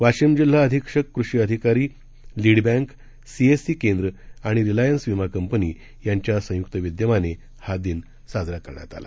वाशिम जिल्हा अधिक्षक कृषी अधिकारी लीड बँक सिएससी केंद्र आणि रिलायन्स विमा कंपनी यांच्या संयुक्त विद्यमाने हा दिन साजरा करण्यात आला